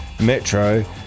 Metro